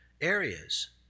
areas